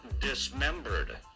dismembered